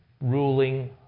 ruling